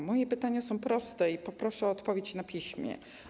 A moje pytania są proste i poproszę o odpowiedź na piśmie.